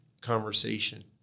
conversation